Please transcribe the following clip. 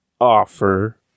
offer